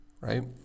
right